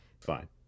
fine